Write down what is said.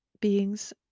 beings